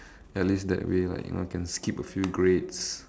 at least that way like you know can skip a few grades